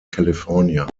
california